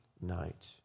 night